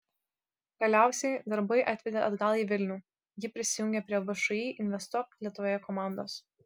galiausiai darbai atvedė atgal į vilnių ji prisijungė prie všį investuok lietuvoje komandos